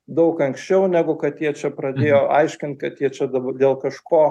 daug anksčiau negu kad jie čia pradėjo aiškint kad jie čia dėl kažko